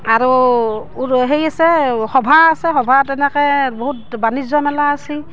আৰু উৰ সেই আছে সভা আছে সভা তেনেকৈ বহুত বাণিজ্য মেলা আছে